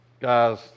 Guys